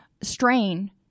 strain